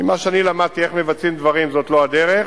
ממה שאני למדתי איך מבצעים דברים, זאת לא הדרך.